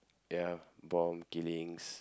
there are bomb killings